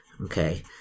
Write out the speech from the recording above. Okay